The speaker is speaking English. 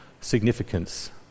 significance